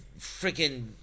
freaking